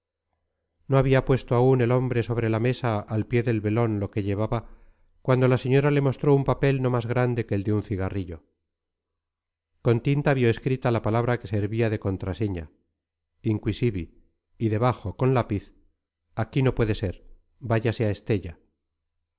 no había puesto aún el hombre sobre la mesa al pie del velón lo que llevaba cuando la señora le mostró un papel no más grande que el de un cigarrillo con tinta vio escrita la palabra que servía de contraseña inquisivi y debajo con lápiz aquí no puede ser váyase a estella